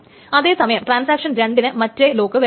അതേസമയം ട്രാൻസാക്ഷൻ 2 ന് മറ്റേ ലോക്ക് വേണം